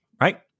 right